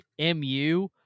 MU